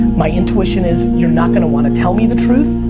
my intuition is, you're not gonna want to tell me the truth.